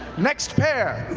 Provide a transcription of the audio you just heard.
next pair!